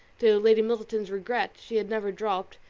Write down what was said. to lady middleton's regret, she had never dropped,